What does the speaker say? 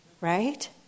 Right